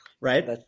right